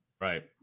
Right